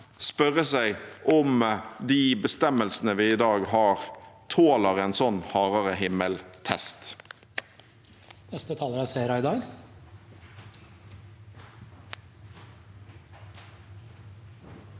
spørre seg om de bestemmelsene vi i dag har, tåler en sånn hardere-himmel-test.